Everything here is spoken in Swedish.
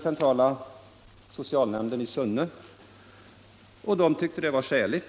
Centrala socialnämnden i Sunne tyckte att det var en skälig